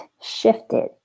shifted